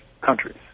countries